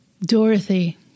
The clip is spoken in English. Dorothy